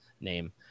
name